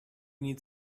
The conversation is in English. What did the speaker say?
need